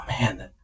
man